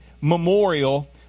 memorial